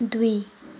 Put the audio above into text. दुई